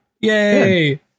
Yay